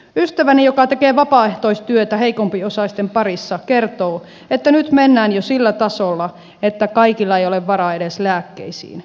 ystäväni joka tekee vapaaehtoistyötä heikompiosaisten parissa kertoo että nyt mennään jo sillä tasolla että kaikilla ei ole varaa edes lääkkeisiin